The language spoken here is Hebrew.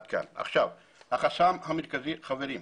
החסם המרכזי, חברים,